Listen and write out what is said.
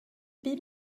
bum